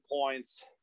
points